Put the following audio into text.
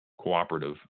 cooperative